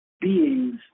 beings